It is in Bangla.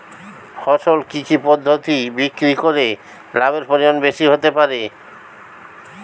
ফসল কি কি পদ্ধতি বিক্রি করে লাভের পরিমাণ বেশি হতে পারবে?